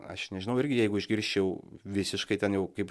aš nežinau irgi jeigu išgirsčiau visiškai ten jau kaip